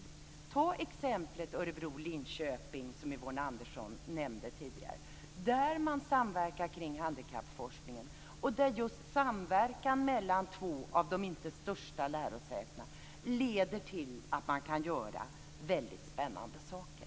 Vi kan ta exemplet med Örebro-Linköping, som Yvonne Andersson nämnde tidigare. Där samverkar man kring handikappforskningen. Denna samverkan mellan två inte så stora lärosäten leder till att man kan göra väldigt spännande saker.